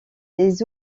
les